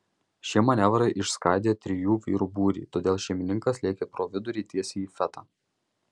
šie manevrai išskaidė trijų vyrų būrį todėl šeimininkas lėkė pro vidurį tiesiai į fetą